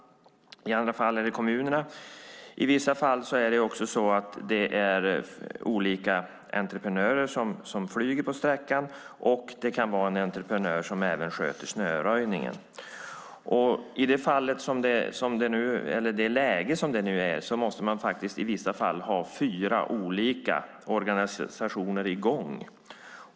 I andra fall är det kommunerna. I vissa fall är det också olika entreprenörer som flyger på en viss sträcka. Det kan även finnas en entreprenör som sköter snöröjningen. I det läge som nu råder måste man i vissa fall ha fyra olika organisationer i gång.